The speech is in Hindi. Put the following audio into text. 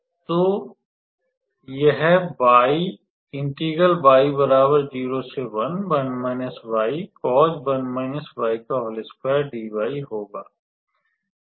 तो यह होगा